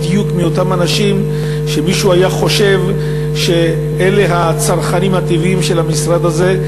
בדיוק מאותם אנשים שמישהו היה חושב שהם הצרכנים הטבעיים של המשרד הזה,